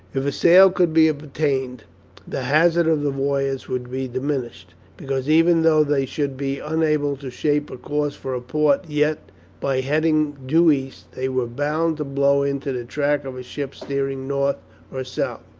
if a sail could be obtained the hazard of the voyage would be diminished, because even though they should be unable to shape a course for a port, yet by heading due east they were bound to blow into the track of ships steering north or south.